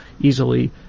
easily